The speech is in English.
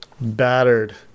battered